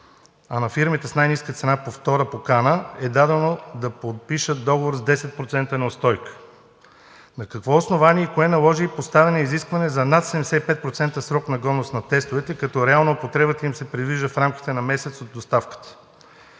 а на фирмите с най-ниска цена по втора покана е дадено да подпишат договор с 10% неустойка? На какво основание и кое наложи поставяне на изискване за над 75% срок на годност на тестовете, като реално употребата им се предвижда в рамките на месец от доставката?